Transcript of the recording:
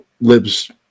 lives